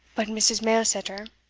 but, mrs. mailsetter,